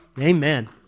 Amen